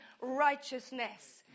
righteousness